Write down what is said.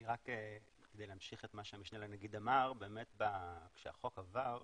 להוסיף על הדברים, כשהחוק עבר,